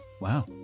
wow